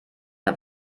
der